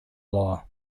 law